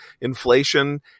inflation